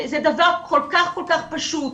זה דבר כל כך כל כך פשוט.